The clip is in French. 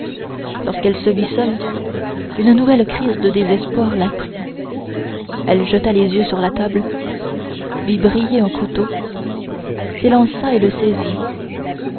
lorsqu'elle se vit seule une nouvelle crise de désespoir la prit elle jeta les yeux sur la table vit briller un couteau s'élança et le saisit